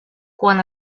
quan